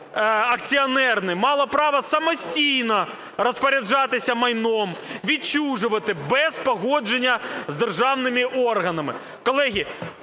акціонерне мало право самостійно розпоряджатися майном, відчужувати без погодження з державними органами.